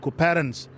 parents